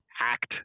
act